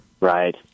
Right